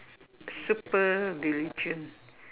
super diligent